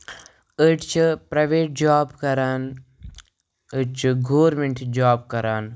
أڑۍ چھِ private job کران أڑۍ چھِ گورمینٹ جاب کران